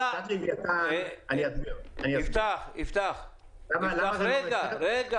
יפתח רון-טל,